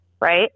Right